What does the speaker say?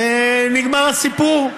ונגמר הסיפור.